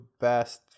best